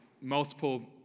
multiple